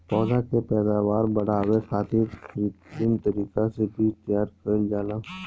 पौधा के पैदावार बढ़ावे खातिर कित्रिम तरीका से बीज तैयार कईल जाला